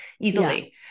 easily